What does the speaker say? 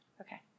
okay